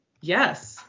Yes